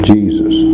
Jesus